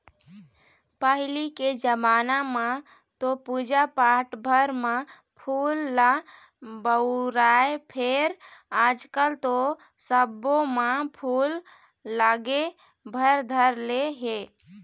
पहिली के जमाना म तो पूजा पाठ भर म फूल ल बउरय फेर आजकल तो सब्बो म फूल लागे भर धर ले हे